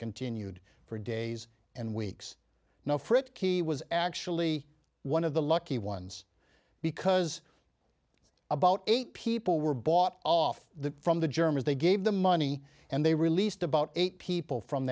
continued for days and weeks no frikkie was actually one of the lucky ones because about eight people were bought off the from the germans they gave the money and they released about eight people from